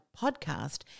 podcast